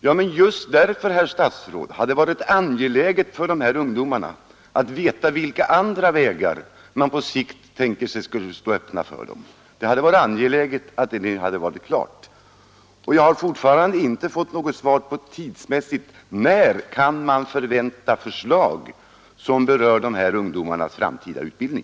Ja, men just därför, herr statsråd, hade det varit angeläget för de här ungdomarna att veta vilka andra vägar man på sikt tänker sig skall stå öppna för dem. Det hade varit angeläget att detta varit klart. Jag har fortfarande inte fått något svar tidsmässigt, dvs. om när man kan förvänta förslag som berör de här ungdomarnas framtida utbildning.